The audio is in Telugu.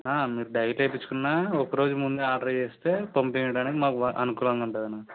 మీరు డైలీ ఏయిపించుకున్నా ఒక్క రోజు ముందే ఆర్డర్ చేస్తే పంపియడానికి మాకు అనుకూలంగా ఉంటుందన్నా